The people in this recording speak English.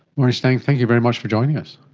maurie stang, thank you very much for joining us.